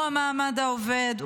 הוא המעמד העובד,